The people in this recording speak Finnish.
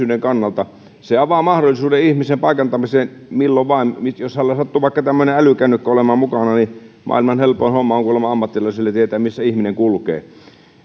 ihmisen yksityisyyden kannalta se avaa mahdollisuuden ihmisen paikantamiseen milloin vain jos hänellä sattuu vaikka älykännykkä olemaan mukana niin maailman helpoin homma on kuulemma ammattilaiselle tietää missä ihminen kulkee